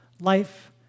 life